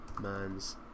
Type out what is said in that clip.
man's